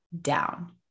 down